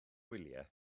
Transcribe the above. wyliau